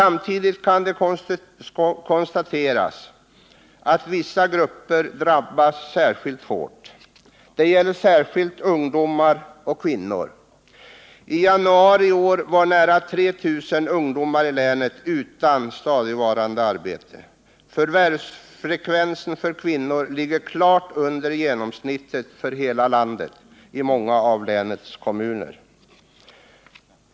Samtidigt kan det konstateras att vissa grupper drabbats särskilt hårt. Det gäller speciellt ungdomar och kvinnor. I januari i år var nära 3 000 ungdomar i länet utan stadigvarande arbete. Förvärvsfrekvensen för kvinnor ligger i många av länets kommuner klart under genomsnittet för hela landet.